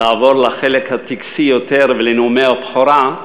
לעבור לחלק הטקסי יותר, ולנאומי הבכורה,